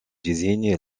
désigne